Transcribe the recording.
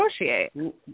negotiate